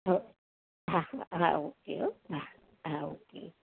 હઁ હ હાં ઓકે હાં ઓકે હઁ હ ઓકે હ